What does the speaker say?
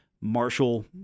Marshall